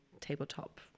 tabletop